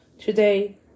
Today